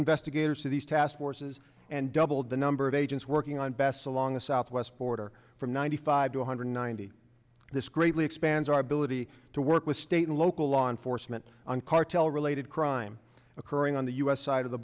investigators to these task forces and doubled the number of agents working on bass along the southwest border from ninety five to one hundred ninety this greatly expands our ability to work with state local law enforcement on cartel related crime occurring on the u s side of the